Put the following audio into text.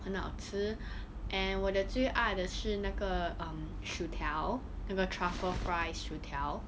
很好吃 and 我的最爱的是那个 um 薯条那个 truffle fries 薯条